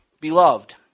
Beloved